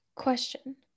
question